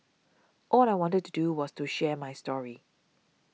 all I wanted to do was to share my story